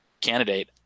candidate